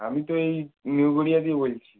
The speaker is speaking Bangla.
আমি তো এই নিউ গড়িয়া দিয়ে বলছি